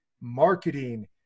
marketing